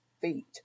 feet